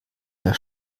der